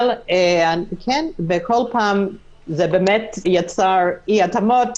אבל בכל פעם זה יצר אי-התאמות.